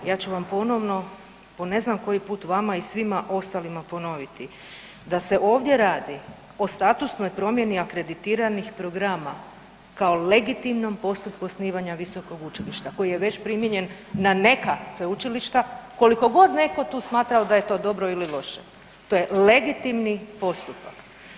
Ja ću vam ponovo po ne znam koji puta i svima ostalima ponoviti, da se ovdje radi o statusnoj promjeni akreditiranih programa kao legitimnom postupku osnivanja visokog učilišta koji je već primijenjen na neka sveučilišta, kolikogod neko tu smatrao da je to dobro ili loše, to je legitimni postupak.